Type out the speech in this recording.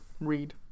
read